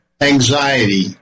anxiety